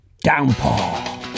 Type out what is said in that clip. downpour